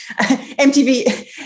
MTV